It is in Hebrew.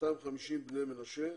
250 בני מנשה.